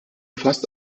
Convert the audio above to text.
fast